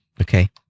Okay